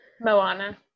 Moana